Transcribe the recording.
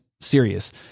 serious